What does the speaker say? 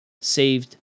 saved